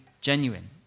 genuine